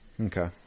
Okay